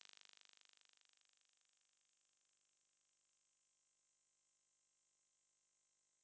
!wah! did you hear the pop